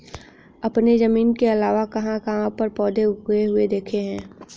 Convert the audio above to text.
आपने जमीन के अलावा कहाँ कहाँ पर पौधे उगे हुए देखे हैं?